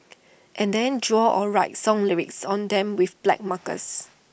and then draw or write song lyrics on them with black markers